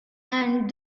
and